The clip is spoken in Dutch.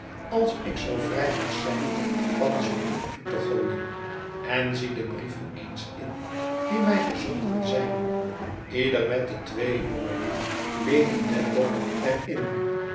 als ik zoo vrij mag zijn van ze u toe te gooien en zie de brieven eens in die mij gezonden zijn ieder met de twee woorden lady dedlock er